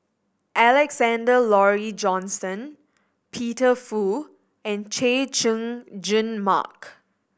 Alexander Laurie Johnston Peter Fu and Chay Jung Jun Mark